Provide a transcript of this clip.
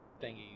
thingy